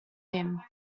him